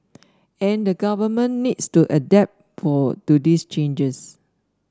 and the Government needs to adapt to these changes